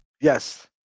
Yes